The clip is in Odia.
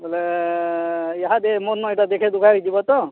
ବୋଲେ ଇହାଦେ ମୋରନୁ ଦେଖିଇଦୁଖାକେ ଯିବ ତ